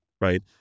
right